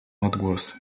odgłos